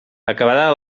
acabada